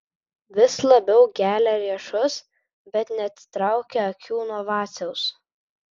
vis labiau gelia riešus bet neatitraukia akių nuo vaciaus